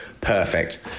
perfect